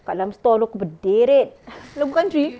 kat dalam store aku berderet lagu country